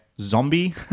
zombie